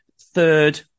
third